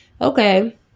Okay